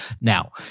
Now